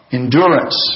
endurance